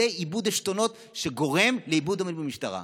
זה איבוד עשתונות שגורם לאיבוד אמון במשטרה.